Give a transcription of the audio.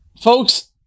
folks